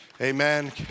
Amen